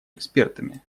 экспертами